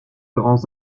grands